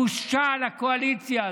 בושה לקואליציה הזאת.